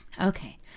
Okay